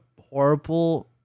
horrible